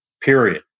period